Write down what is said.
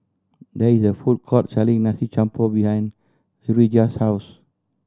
there is a food court selling Nasi Campur behind Urijah's house